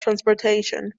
transportation